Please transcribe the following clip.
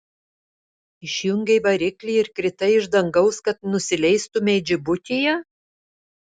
išjungei variklį ir kritai iš dangaus kad nusileistumei džibutyje